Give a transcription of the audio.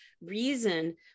reason